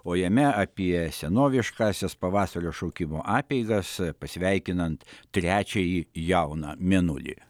o jame apie senoviškąsias pavasario šaukimo apeigas pasveikinant trečiąjį jauną mėnulį